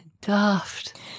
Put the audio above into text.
Daft